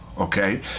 Okay